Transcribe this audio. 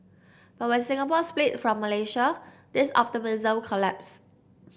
but when Singapore split from Malaysia this optimism collapsed